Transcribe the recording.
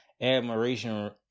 admiration